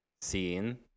scene